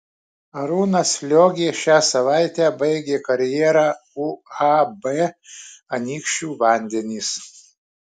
arūnas liogė šią savaitę baigė karjerą uab anykščių vandenys